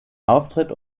auftritt